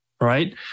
right